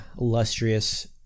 illustrious